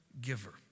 giver